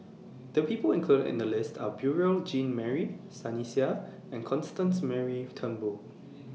The People included in The lists Are Beurel Jean Marie Sunny Sia and Constance Mary Turnbull